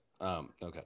Okay